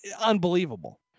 unbelievable